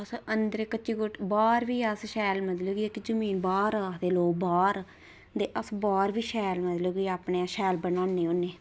इक्क अंदर बाहर बी अस जिसी बाह्र आखदे लोक बाह्र ते अस बाह्र बी मतलब अस बाह्र शैल बनान्ने होन्ने्